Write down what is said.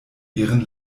ihren